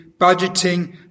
budgeting